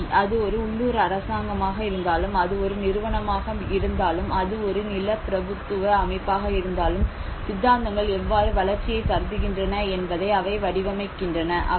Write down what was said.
சக்தி அது ஒரு உள்ளூர் அரசாங்கமாக இருந்தாலும் அது ஒரு நிறுவனமாக இருந்தாலும் அது ஒரு நிலப்பிரபுத்துவ அமைப்பாக இருந்தாலும் சித்தாந்தங்கள் எவ்வாறு வளர்ச்சியை கருதுகின்றன என்பதை அவை வடிவமைக்கின்றன